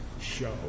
show